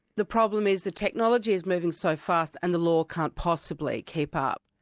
the problem is the technology is moving so fast and the law can't possibly keep up.